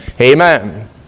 Amen